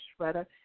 shredder